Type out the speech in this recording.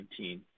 2019